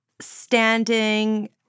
standing